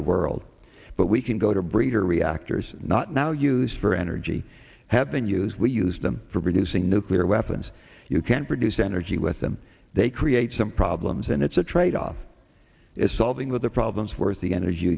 the world but we can go to breeder reactors not now use for energy have been use we use them for producing nuclear weapons you can't produce energy with them they create some problems and it's a tradeoff is solving with the problems worth the energy